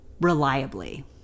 reliably